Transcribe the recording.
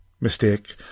mistake